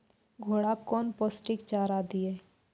घोड़ा कौन पोस्टिक चारा दिए?